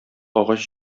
агач